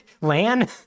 Lan